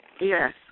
Yes